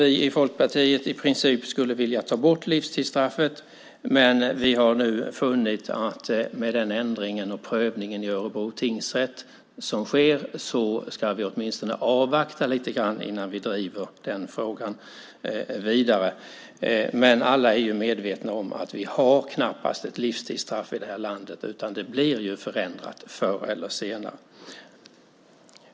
Vi i Folkpartiet vill i princip ta bort livstidsstraffet, men vi har funnit att med ändringen och prövningen i Örebro tingsrätt som nu sker ska vi avvakta lite innan vi driver frågan vidare. Alla är medvetna om att vi knappast har ett livstidsstraff i vårt land. Det blir förändrat förr eller senare.